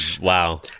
Wow